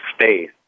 space